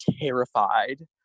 terrified